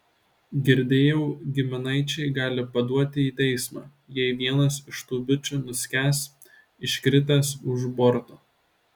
girdėjau giminaičiai gali paduoti į teismą jei vienas iš tų bičų nuskęs iškritęs už borto